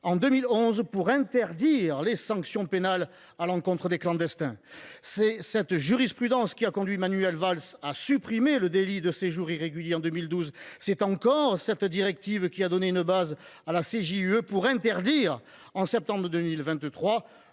en 2011 pour interdire les sanctions pénales à l’encontre des clandestins. C’est cette jurisprudence qui a conduit Manuel Valls à supprimer le délit de séjour irrégulier en 2012. C’est encore cette directive qui a offert une base à la CJUE pour interdire, en septembre 2023,